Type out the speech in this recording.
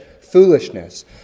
foolishness